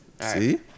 See